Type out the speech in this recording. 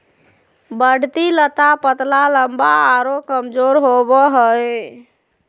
बढ़ती लता पतला लम्बा आरो कमजोर होबो हइ